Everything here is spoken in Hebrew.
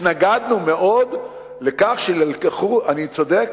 התנגדנו מאוד לכך שנלקחו, אני צודק?